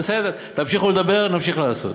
תמשיכו לדבר, נמשיך לעשות.